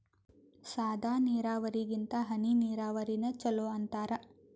ಸಾದ ನೀರಾವರಿಗಿಂತ ಹನಿ ನೀರಾವರಿನ ಚಲೋ ಅಂತಾರ